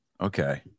Okay